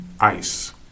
ICE